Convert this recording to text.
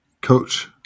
coach